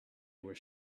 were